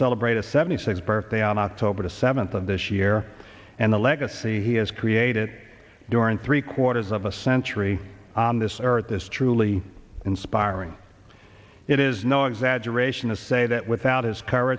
celebrate a seventy sixth birthday on october the seventh of this year and the legacy he has created during three quarters of a century on this earth is truly inspiring it is no exaggeration to say that without his c